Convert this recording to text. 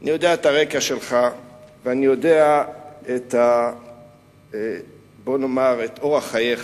אני יודע את הרקע שלך ואני יודע את אורח חייך.